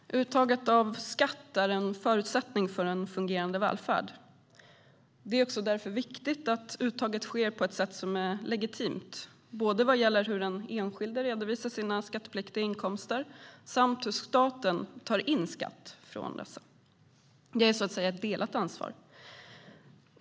Herr talman! Uttaget av skatt är en förutsättning för en fungerande välfärd. Det är därför viktigt att uttaget sker på ett sätt som är legitimt, både vad gäller hur den enskilde redovisar sina skattepliktiga inkomster och hur staten tar in skatt från dessa inkomster. Det är så att säga ett delat ansvar mellan individ och stat.